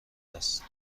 است